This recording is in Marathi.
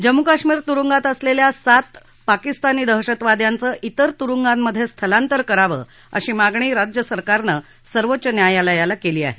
जम्मू कश्मीर तुरुंगात असलेल्या सात पाकिस्तानी दहशतवाद्यांचं तिर तुरुंगात स्थलांतर करावं अशी मागणी राज्य सरकारनं सर्वोच्च न्यायालयाला केली आहे